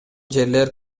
жерлер